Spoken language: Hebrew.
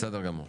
בסדר גמור.